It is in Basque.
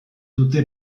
dute